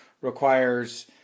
requires